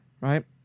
Right